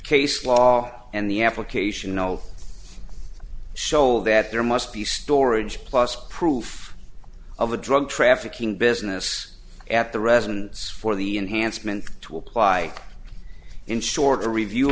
case law and the application all schol that there must be storage plus proof of a drug trafficking business at the residence for the enhancement to apply in short a review